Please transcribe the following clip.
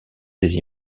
des